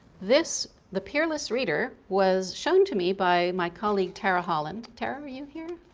this the peerless reader was shown to me by my colleague terra holland. terra, are you here?